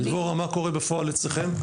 דבורה, מה קורה בפועל אצלכם?